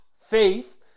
faith